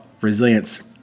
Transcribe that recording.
Resilience